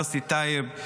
יוסי טייב,